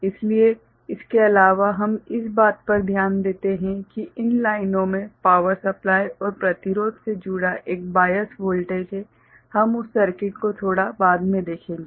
इसलिए इसके अलावा हम इस बात पर ध्यान देते हैं कि इन लाइनो में पावर सप्लाइ और प्रतिरोध से जुड़ा एक बायस वोल्टेज है हम उस सर्किट को थोड़ा बाद में देखेंगे